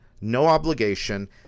no-obligation